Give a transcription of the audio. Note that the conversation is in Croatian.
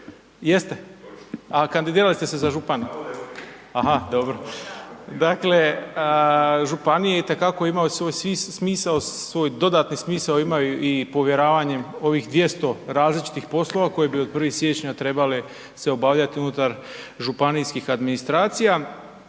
… /Upadica se ne razumije./ … aha dobro. Dakle, županije itekako imao svoju smisao, svoj dodatni smisao imaju i povjeravanjem ovih 200 različitih poslova koji bi od 1. siječnja trebale se obavljati unutar županijskih administracija,